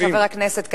חבר הכנסת כץ,